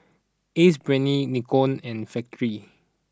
Ace Brainery Nikon and Factorie